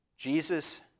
Jesus